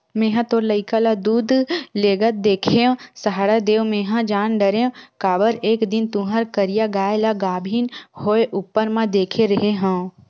मेंहा तोर लइका ल दूद लेगत देखेव सहाड़ा देव मेंहा जान डरेव काबर एक दिन तुँहर करिया गाय ल गाभिन होय ऊपर म देखे रेहे हँव